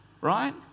right